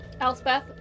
Elspeth